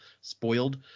spoiled